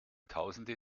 tausende